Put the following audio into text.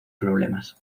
problemas